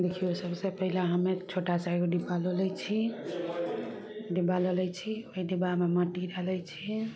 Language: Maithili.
देखियौ सभसँ पहिले हमे एक छोटा सा एगो डिब्बा लअ लै छी डिब्बा लअ लै छी ओइ डिब्बामे माटि लए लै छी